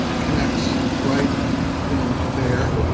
connects right in there.